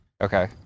Okay